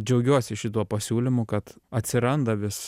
džiaugiuosi šituo pasiūlymu kad atsiranda vis